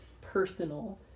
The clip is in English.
personal